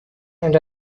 and